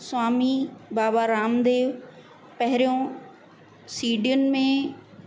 स्वामी बाबा रामदेव पहिरियों सीडियुनि में